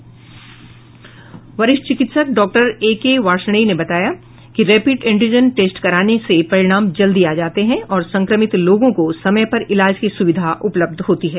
वरिष्ठ चिकित्सक doctor A K Varshney ने बताया कि रैपिड एंटीजन टेस्ट कराने से परिणाम जल्दी आ जाते हैं और संक्रमित लोगों को समय पर इलाज की सुविधा उपलब्ध होती है